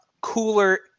cooler